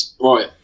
Right